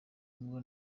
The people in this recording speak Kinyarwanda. nibwo